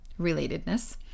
relatedness